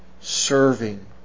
serving